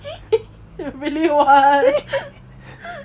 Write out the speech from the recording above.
really [what]